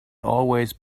always